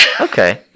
okay